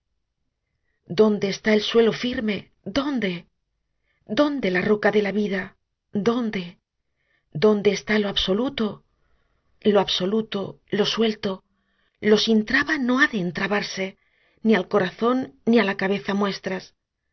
dónde está el suelo firme dónde dónde la roca de la vida dónde dónde está lo absoluto lo absoluto lo suelto lo sin traba no ha de entrabarse ni al corazón ni á la cabeza nuestras